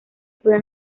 pueden